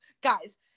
guys